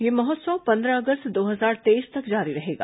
यह महोत्सव पंद्रह अगस्त दो हजार तेईस तक जारी रहेगा